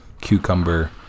cucumber